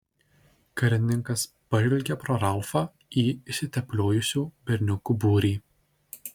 karininkas pažvelgė pro ralfą į išsitepliojusių berniukų būrį